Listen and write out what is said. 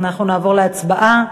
אז נעבור להצבעה.